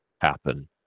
happen